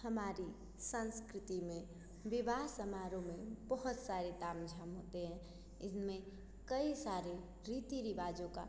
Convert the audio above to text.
हमारी संस्कृति में विवाह समारोह में बहुत सारे ताम झाम होते हैं इसमें कई सारे रीति रिवाजों का